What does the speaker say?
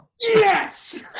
Yes